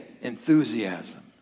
enthusiasm